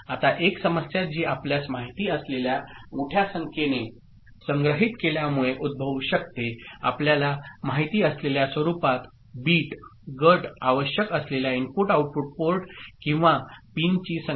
आता एक समस्या जी आपल्यास माहित असलेल्या मोठ्या संख्येने संग्रहित केल्यामुळे उद्भवू शकते आपल्याला माहित असलेल्या स्वरूपात बिट गट आवश्यक असलेल्या इनपुट आउटपुट पोर्ट किंवा पिनची संख्या